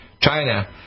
China